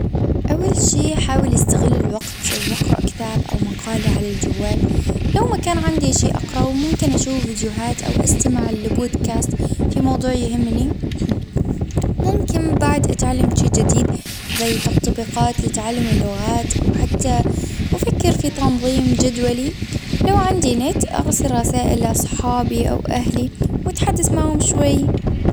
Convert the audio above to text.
اول شي حاول استغل الوقت واقرأ كتاب او مقالة على الجوال لو ما كان عندي شيء اقرأه ممكن اشوفه فيديوهات او استمع لبودكاست في موضوع يهمني ممكن بعد اتعلم شيء جديد زي تطبيقات لتعلم اللغات وحتى افكر في تنظيم جدولي لو عندي نت ارسل رسائل لاصحابي او اهلي واتحدث معاهم شوية.